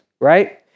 right